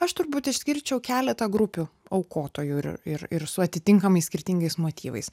aš turbūt išskirčiau keletą grupių aukotojų ir ir ir su atitinkamais skirtingais motyvais